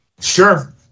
Sure